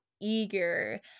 eager